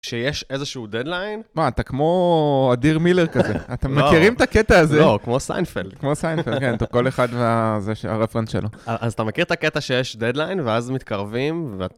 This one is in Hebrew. שיש איזשהו דדליין. מה, אתה כמו אדיר מילר כזה? אתם מכירים את הקטע הזה? לא, כמו סיינפלד. כמו סיינפלד, כן, כל אחד והרפרנס שלו. אז אתה מכיר את הקטע שיש דדליין, ואז מתקרבים,